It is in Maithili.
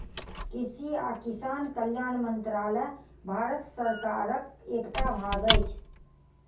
कृषि आ किसान कल्याण मंत्रालय भारत सरकारक एकटा भाग अछि